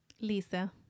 Lisa